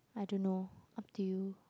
I don't know up to you